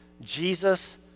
Jesus